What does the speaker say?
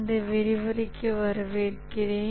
இந்த விரிவுரைக்கு வரவேற்கிறேன்